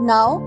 Now